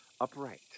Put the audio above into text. upright